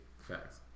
Facts